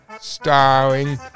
starring